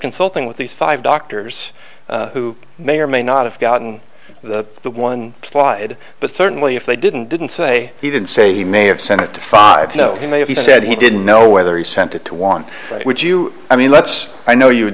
consulting with these five doctors who may or may not have gotten to the one slide but certainly if they didn't didn't say he didn't say he may have sent it to five no he may have he said he didn't know whether he sent it to one would you i mean let's i know you